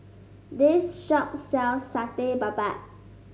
this shop sells Satay Babat